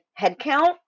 headcount